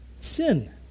sin